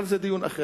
אבל זה דיון אחר,